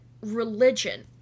religion